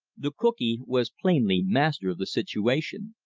the cookee was plainly master of the situation.